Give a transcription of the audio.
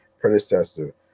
predecessor